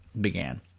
began